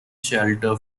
shelter